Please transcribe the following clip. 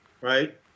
right